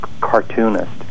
cartoonist